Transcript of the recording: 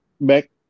back